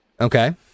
Okay